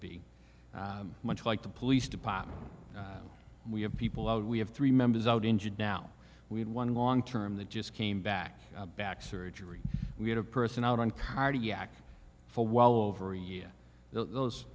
be much like the police department we have people out we have three members out injured now we had one long term that just came back back surgery we had a person out on cardiac for well over a year those